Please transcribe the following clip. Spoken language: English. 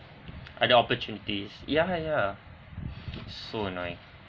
other opportunities ya ya so annoying